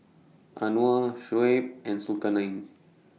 Anuar Shoaib and Zulkarnain